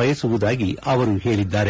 ಬಯಸುವುದಾಗಿ ಅವರು ಹೇಳಿದ್ದಾರೆ